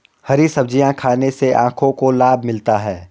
हरी सब्जियाँ खाने से आँखों को लाभ मिलता है